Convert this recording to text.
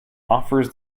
offers